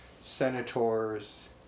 senators